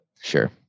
Sure